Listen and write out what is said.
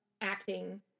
acting